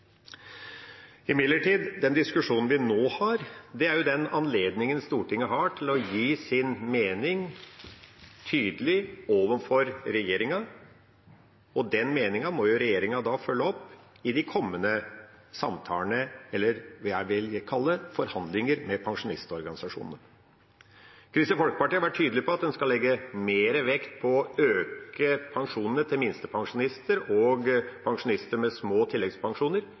mening tydelig overfor regjeringa, og den meningen må regjeringa følge opp i de kommende samtalene – eller det jeg vil kalle forhandlinger med pensjonistorganisasjonene. Kristelig Folkeparti har vært tydelig på at en skal legge mer vekt på å øke pensjonene til minstepensjonistene og pensjonister med små tilleggspensjoner.